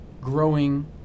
growing